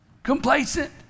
Complacent